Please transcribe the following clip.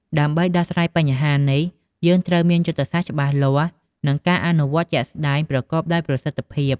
ដើម្បីដោះស្រាយបញ្ហានេះ យើងត្រូវមានយុទ្ធសាស្ត្រច្បាស់លាស់ និងការអនុវត្តជាក់ស្តែងប្រកបដោយប្រសិទ្ធភាព។